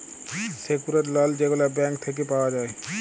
secured loan যেগলা bank থ্যাইকে পাউয়া যায়